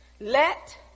let